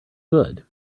good